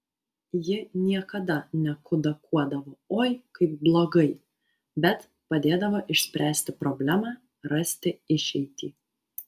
ji niekada nekudakuodavo oi kaip blogai bet padėdavo išspręsti problemą rasti išeitį